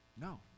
no